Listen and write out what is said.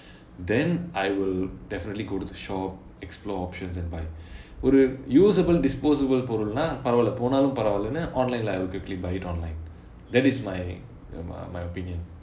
then I will definitely go to the shop explore options and buy ஒரு:oru usable disposable பொருள்னா பரவாலே போனாலும் பரவாலே:porulnaa paravalae ponaalum paravalaenu online leh I will quickly buy it online that is my ya my my opinion